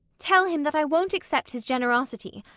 tell him that i won't accept his generosity.